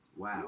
Wow